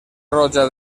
roja